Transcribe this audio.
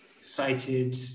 cited